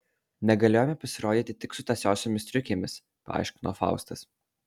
negalėjome pasirodyti tik su tąsiosiomis striukėmis aiškino faustas